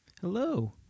Hello